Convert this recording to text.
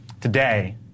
today